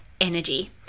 energy